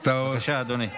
בבקשה, אדוני.